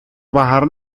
bajar